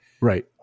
Right